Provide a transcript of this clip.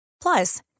Plus